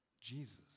Jesus